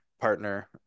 partner